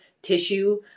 tissue